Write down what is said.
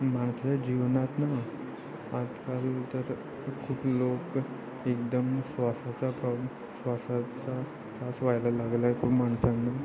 माणसाच्या जीवनात ना आजकाल तर खूप लोक एकदम श्वासाचा प्रॉब् श्वासाचा त्रास व्हायला लागला आहे खूप माणसांना